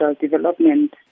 development